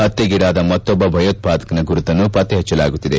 ಹತ್ತೆಗೀಡಾದ ಮತ್ತೊಬ್ಬ ಭಯೋತ್ಪಾದಕನ ಗುರುತನ್ನು ಪತ್ತೆ ಹಚ್ಚಲಾಗುತ್ತಿದೆ